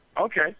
Okay